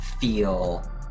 feel